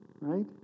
Right